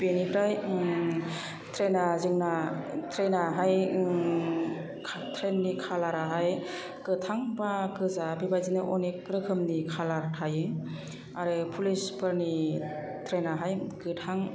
बेनिफ्राय ट्रेना जोंना ट्रेनाहाय ट्रेन नि कालाराहा गोथां बा गोजा बेबायदिनो अनेक रोखोमनि कालार थायो आरो पुलिसफोरनि ट्रेनाहाय गोथां